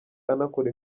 anakora